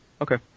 okay